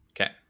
Okay